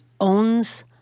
owns